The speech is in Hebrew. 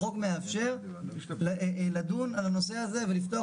החוק מאפשר לדון על הנושא הזה ולפתוח